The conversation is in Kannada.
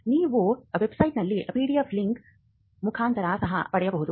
ನೀವು ವೆಬ್ಸೈಟ್ನಲ್ಲಿ PDF ಲಿಂಕ್ ಮುಖಾಂತರ ಸಹ ಪಡೆಯಬಹುದು